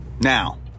Now